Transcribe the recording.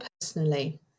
personally